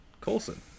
Colson